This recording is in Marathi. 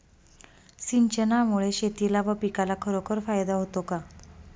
सिंचनामुळे शेतीला व पिकाला खरोखर फायदा होतो का?